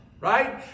right